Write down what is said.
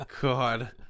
god